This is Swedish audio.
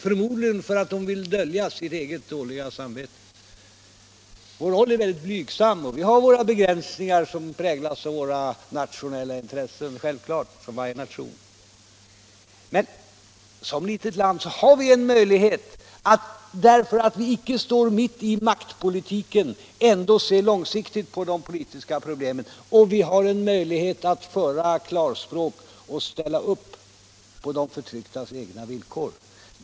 Förmodligen vill de dölja sitt eget dåliga samvete. Vår hållning är blygsam och vi har liksom varje nation våra begränsningar på grund av de egna nationella intressena. Som ett litet land har vi tack vare att vi inte står mitt i maktpolitiken ändå möjlighet att se långsiktigt på de politiska problemen. Vi har möjlighet att tala klarspråk och ställa upp på de förtrycktas egna villkor.